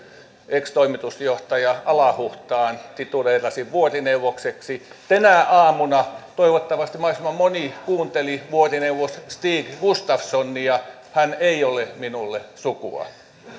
ex toimitusjohtaja alahuhtaan tituleerasin vuorineuvokseksi tänä aamuna toivottavasti mahdollisimman moni kuunteli vuorineuvos stig gustavsonia hän ei ole minulle sukua